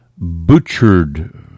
butchered